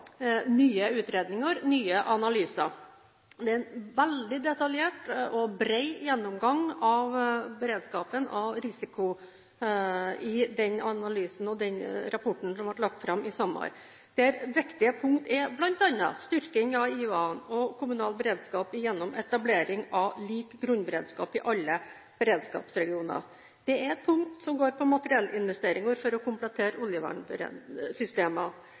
nye utredninger, nye analyser. Det er en veldig detaljert og bred gjennomgang av beredskapen for risiko i den analysen og i den rapporten som ble lagt fram i sommer, der viktige punkter bl.a. er styrking av IUA-ene og kommunal beredskap gjennom etablering av lik grunnberedskap i alle beredskapsregioner. Det er et punkt som går på materiellinvesteringer for å komplettere